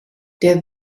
der